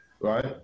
right